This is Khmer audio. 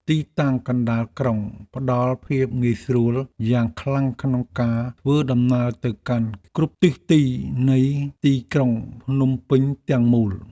ទីតាំងកណ្តាលក្រុងផ្តល់ភាពងាយស្រួលយ៉ាងខ្លាំងក្នុងការធ្វើដំណើរទៅកាន់គ្រប់ទិសទីនៃទីក្រុងភ្នំពេញទាំងមូល។